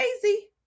crazy